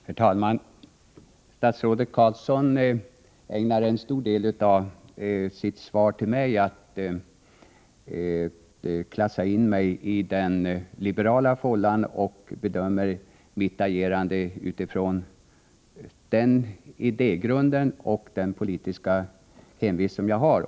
Herr talman! Statsrådet Carlsson ägnar en stor del av sitt svar till mig åt att klassa in mig i den liberala fållan och bedömer mitt agerande utifrån den idégrund och den politiska hemvist som jag har.